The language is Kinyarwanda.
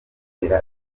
ibitoki